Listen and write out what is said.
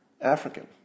African